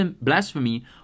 blasphemy